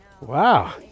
Wow